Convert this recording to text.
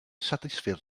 satisfer